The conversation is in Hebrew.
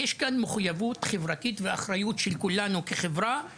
כאן מדובר במחויבות חברתית והאחריות למנוע